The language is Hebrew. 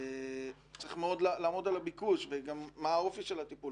צריך לעמוד על הביקוש וגם מה האופי של הטיפול,